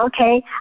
Okay